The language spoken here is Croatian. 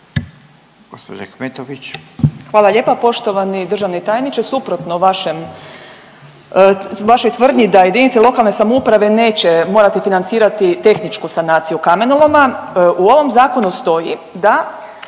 Hvala lijepa. Poštovani državni tajniče. Suprotno vašoj tvrdnji da jedinice lokalne samouprave neće morati financirati tehničku sanaciju kamenoloma u ovom zakonu stoji da